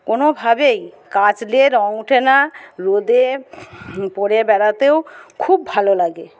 কোনো ভাবেই কাচলে রঙ ওঠে না রোদে পরে বেড়াতেও খুব ভালো লাগে